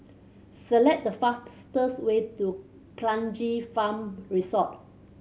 select the fastest way to Kranji Farm Resort